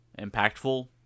impactful